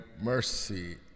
mercy